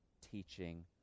teaching